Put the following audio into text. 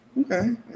Okay